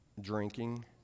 drinking